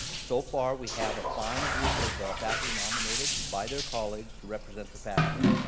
so far, we have a fine group of faculty nominated by their colleagues to represent the faculty.